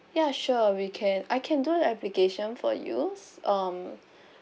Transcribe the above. ya sure we can I can do the application for you mm